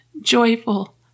joyful